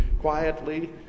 quietly